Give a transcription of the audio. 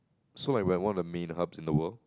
so we are one of the main hubs in the world